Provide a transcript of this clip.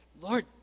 Lord